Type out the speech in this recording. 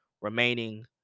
remaining